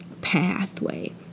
pathway